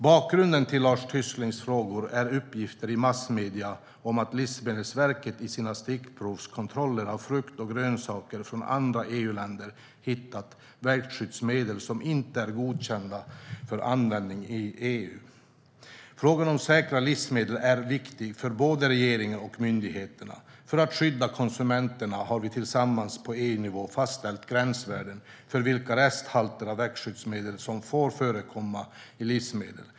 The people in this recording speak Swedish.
Bakgrunden till Lars Tysklinds frågor är uppgifter i massmedierna om att Livsmedelsverket i sina stickprovskontroller av frukt och grönsaker från andra EU-länder hittat växtskyddsmedel som inte är godkända för användning i EU. Frågan om säkra livsmedel är viktig för både regeringen och myndigheterna. För att skydda konsumenterna har vi tillsammans på EU-nivå fastställt gränsvärden för vilka resthalter av växtskyddsmedel som får förekomma i livsmedel.